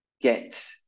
get